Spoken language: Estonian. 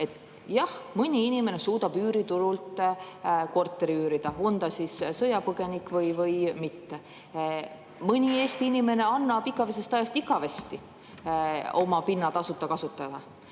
Jah, mõni inimene suudab üüriturult korterit üürida, on ta sõjapõgenik või mitte. Mõni Eesti inimene annab igavesest ajast igavesti oma pinna tasuta kasutada.